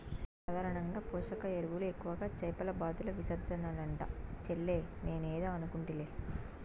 సాధారణంగా పోషక ఎరువులు ఎక్కువగా చేపల బాతుల విసర్జనలంట చెల్లే నేనేదో అనుకుంటిలే